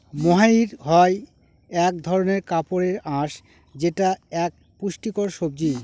মহাইর হয় এক ধরনের কাপড়ের আঁশ যেটা এক পুষ্টিকর সবজি